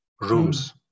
rooms